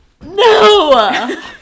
No